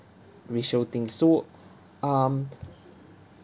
racial thing so um